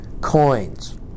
coins